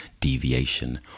deviation